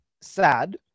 sad